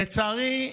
לצערי,